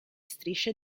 strisce